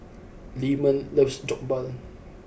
Leamon loves Jokbal